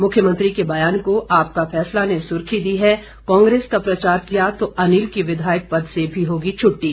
मुख्यमंत्री के बयान को आपका फैसला ने सुर्खी दी है कांग्रेस का प्रचार किया तो अनिल की विधायक पद से भी होगी छुट्टी